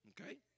Okay